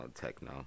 techno